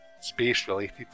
space-related